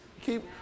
keep